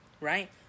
right